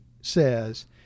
says